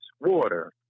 water